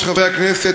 חברי הכנסת,